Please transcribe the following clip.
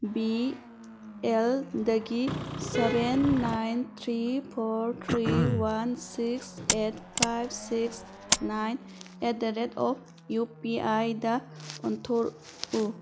B ꯑꯦꯜꯗꯒꯤ seven nine three four three one six eight five six nine eight the rate of U P ꯑꯥꯏꯗ ꯑꯣꯟꯊꯣꯛꯎ